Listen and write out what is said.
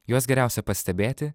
juos geriausia pastebėti